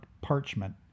parchment